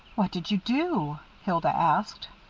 what did you do? hilda asked.